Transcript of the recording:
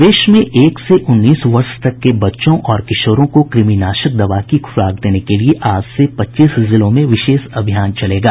प्रदेश में एक से उन्नीस वर्ष तक के बच्चों और किशोरों को कृमिनाशक दवा की खुराक देने के लिए आज से पच्चीस जिलों में विशेष अभियान चलेगा